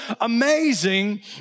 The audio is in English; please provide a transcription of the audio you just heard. amazing